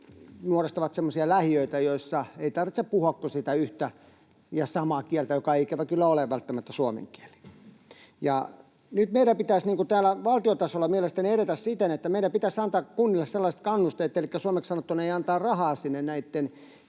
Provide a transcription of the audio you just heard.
muodostavat semmoisia lähiöitä, joissa ei tarvitse puhua kuin sitä yhtä ja samaa kieltä, joka ei ikävä kyllä ole välttämättä suomen kieli. Nyt meidän pitäisi täällä valtion tasolla mielestäni edetä siten, että meidän pitäisi antaa kunnille sellaiset kannusteet, elikkä suomeksi sanottuna ei antaa rahaa sinne näitten